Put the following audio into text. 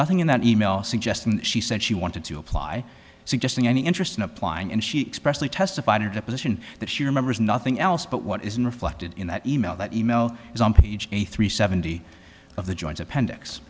nothing in that e mail suggesting she said she wanted to apply suggesting any interest in applying and she expressed testified in a deposition that she remembers nothing else but what isn't reflected in that e mail that e mail is on page eighty three seventy of the joins appendix